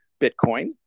Bitcoin